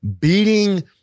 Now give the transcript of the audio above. beating